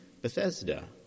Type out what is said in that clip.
Bethesda